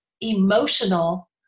emotional